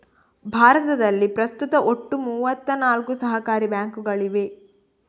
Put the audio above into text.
ಭಾರತದಲ್ಲಿ ಪ್ರಸ್ತುತ ಒಟ್ಟು ಮೂವತ್ತ ನಾಲ್ಕು ಸಹಕಾರಿ ಬ್ಯಾಂಕುಗಳಿವೆ